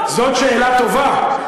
זאת שאלה טובה,